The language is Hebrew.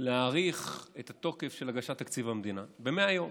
להאריך את התוקף של הגשת תקציב המדינה ב-100 יום,